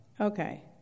Okay